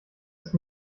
ist